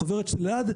החוברת של אלעד,